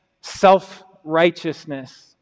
self-righteousness